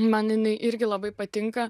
man jinai irgi labai patinka